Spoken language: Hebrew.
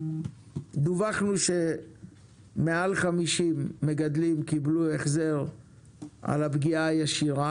דווחנו שמעל 50 מגדלים קיבלו החזר על הפגיעה הישירה,